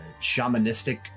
shamanistic